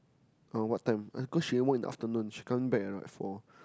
uh what time cause she end work in the afternoon she coming back around at four